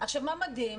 עכשיו מה מדהים?